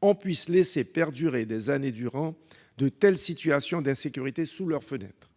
on puisse laisser perdurer des années durant de telles situations d'insécurité sous leurs fenêtres.